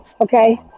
okay